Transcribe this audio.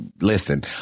Listen